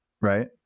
right